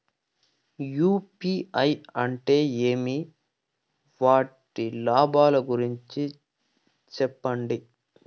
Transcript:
UPI అంటే ఏమి? వాటి లాభాల గురించి సెప్పండి?